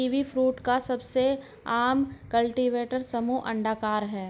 kiwifruit का सबसे आम कल्टीवेटर समूह अंडाकार है